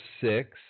six